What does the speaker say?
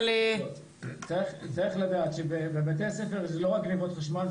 אבל --- צריך לדעת שבבתי ספר זה לא רק גניבות חשמל,